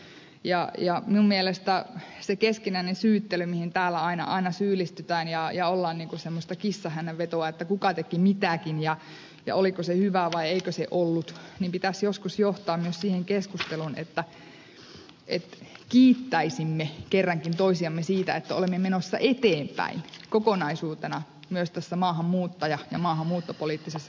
minun mielestäni sen keskinäisen syyttelyn mihin täällä aina syyllistytään ja semmoisen kissanhännänvedon että kuka teki mitäkin ja oliko se hyvä vai eikö se ollut pitäisi joskus johtaa myös siihen keskusteluun että kiittäisimme kerrankin toisiamme siitä että olemme menossa eteenpäin kokonaisuutena myös tässä maahanmuuttaja ja maahanmuuttopoliittisessa keskustelussa